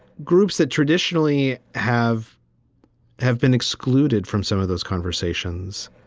groups that traditionally have have been excluded from some of those conversations.